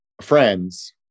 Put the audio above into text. friends